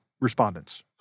respondents